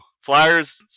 Flyers